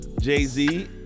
Jay-Z